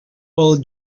pel